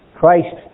Christ